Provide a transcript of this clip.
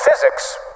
physics